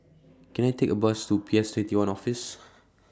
Can I Take A Bus to P S twenty one Office